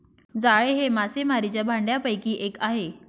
जाळे हे मासेमारीच्या भांडयापैकी एक आहे